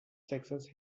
sexes